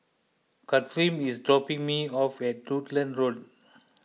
Kathern is dropping me off at Rutland Road